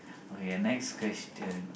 okay next question